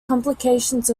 complications